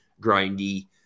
grindy